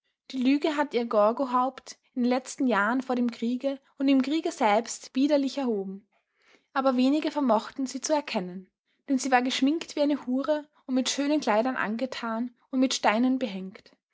die lüge hat ihr gorgohaupt in den letzten jahren vor dem kriege und im kriege selbst widerlich erhoben aber wenige vermochten sie zu erkennen denn sie war geschminkt wie eine hure und mit schönen kleidern angetan und mit steinen behängt